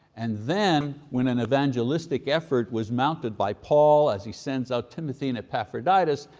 and then when an evangelistic effort was mounted by paul as he sends out timothy and epaphroditus,